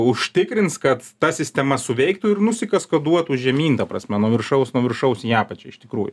užtikrins kad ta sistema suveiktų ir nusikaskaduotų žemyn ta prasme nuo viršaus nuo viršaus į apačią iš tikrųjų